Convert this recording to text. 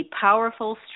powerful